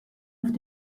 auf